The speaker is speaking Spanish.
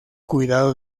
cuidado